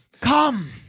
Come